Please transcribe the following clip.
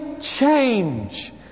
change